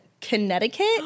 Connecticut